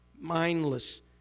Mindless